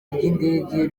ry’indege